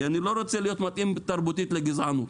אני לא רוצה להיות מתאים תרבותית לגזענות.